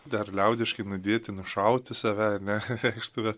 dar liaudiškai nudėti nušauti save ar ne reikštų bet